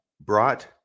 brought